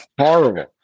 horrible